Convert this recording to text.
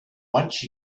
once